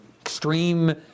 extreme